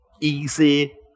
easy